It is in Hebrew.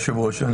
היושב-ראש,